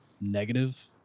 negative